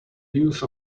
use